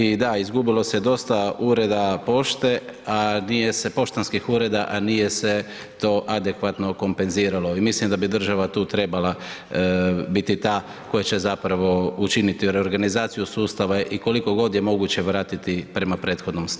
I da, izgubilo se dosta ureda pošte, a nije se, poštanskih ureda, a nije se to adekvatno kompenziralo i mislim da bi država tu trebala biti ta koja će zapravo učiniti reorganizaciju sustava i koliko god je moguće vratiti prema prethodnom stanju.